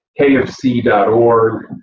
kfc.org